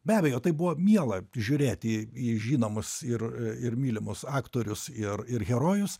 be abejo tai buvo miela žiūrėti į žinomus ir ir mylimus aktorius ir ir herojus